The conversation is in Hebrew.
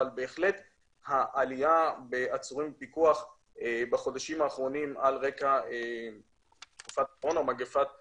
אבל בהחלט העלייה בעצורים בפיקוח בחודשים האחרונים על רקע מגפת הקורונה,